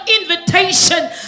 invitation